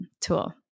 tool